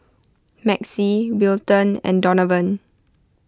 Maxie Wilton and Donavan